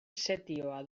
setioa